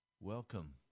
welcome